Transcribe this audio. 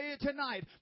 tonight